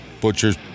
butcher's